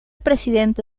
presidente